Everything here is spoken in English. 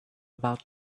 about